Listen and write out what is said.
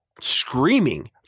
screaming